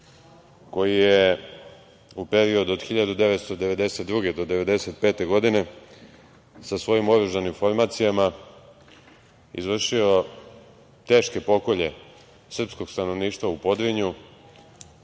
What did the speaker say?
koji je u periodu od 1992. do 1995. godine, sa svojim oružanim formacijama, izvršio teške pokolje srpskog stanovništva u Podrinju